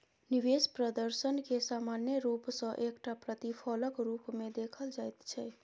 निवेश प्रदर्शनकेँ सामान्य रूप सँ एकटा प्रतिफलक रूपमे देखल जाइत छै